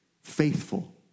faithful